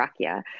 rakia